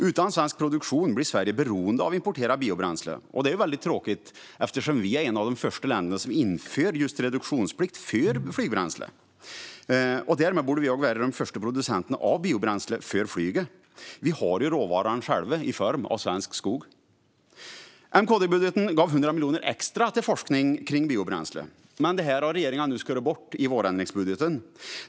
Utan svensk produktion blir Sverige beroende av importerat biobränsle, och det vore väldigt tråkigt eftersom vi var ett av de första länderna som införde reduktionsplikt för flygbränsle. Därmed borde vi vara en av de första producenterna av biobränsle för flyget - vi har ju råvaran själva i form av svensk skog. I M-KD-budgeten gavs 100 miljoner extra till forskning på biobränsle, men det har regeringen skurit bort i vårändringsbudgeten.